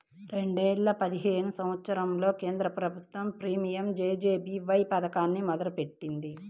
రెండేల పదిహేను సంవత్సరంలో కేంద్ర ప్రభుత్వం పీయంజేజేబీవై పథకాన్ని మొదలుపెట్టింది